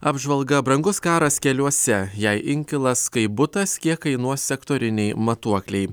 apžvalga brangus karas keliuose jei inkilas kaip butas kiek kainuos sektoriniai matuokliai